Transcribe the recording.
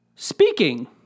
Speaking